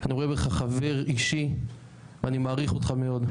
אני רואה בך חבר אישי ואני מעריך אותך מאוד,